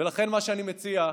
ולכן מה שאני מציע,